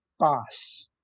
pass